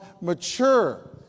mature